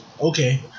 okay